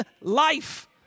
life